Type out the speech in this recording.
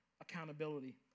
accountability